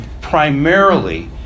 primarily